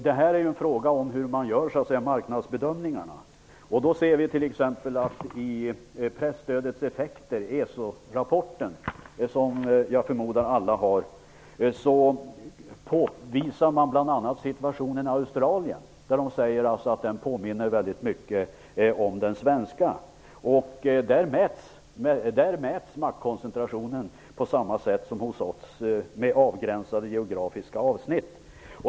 Det här är något som har att göra med marknadsbedömningar. Jag vill beträffande presstödets effekter peka på att man i ESO-rapporten, som jag förmodar att alla ledamöter har tillgång till, bl.a. visar på situationen i Australien. Man redovisar att maktkoncentrationen där mäts på samma sätt som hos oss, nämligen inom avgränsade geografiska avsnitt.